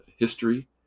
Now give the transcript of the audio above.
history